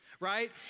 Right